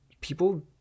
people